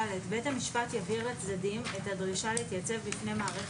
(ד) בית המשפט יבהיר לצדדים את הדרישה להתייצב בפני מעריך